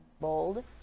bold